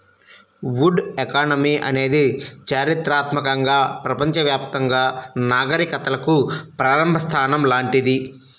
would economy అనేది చారిత్రాత్మకంగా ప్రపంచవ్యాప్తంగా నాగరికతలకు ప్రారంభ స్థానం లాంటిది